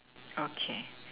okay